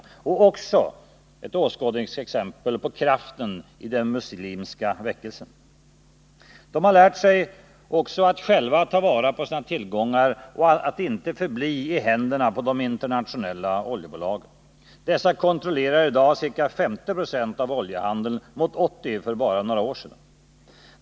Det är också ett åskådningsexempel på kraften i den muslimska väckelsen. OPEC-länderna har också lärt sig att själva ta vara på sina tillgångar och att inte förbli i händerna på de internationella oljebolagen. Dessa kontrollerar i dag ca 50 26 av oljehandeln mot 80 för bara några år sedan.